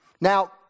Now